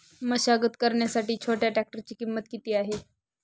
मशागत करण्यासाठी छोट्या ट्रॅक्टरची किंमत किती आहे?